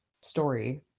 story